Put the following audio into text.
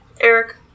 Eric